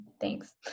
Thanks